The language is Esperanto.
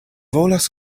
volas